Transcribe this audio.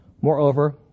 Moreover